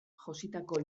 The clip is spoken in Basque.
jositako